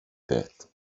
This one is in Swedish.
det